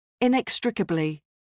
inextricably